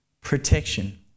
protection